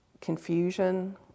confusion